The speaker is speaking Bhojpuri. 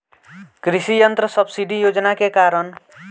कृषि यंत्र सब्सिडी योजना के कारण?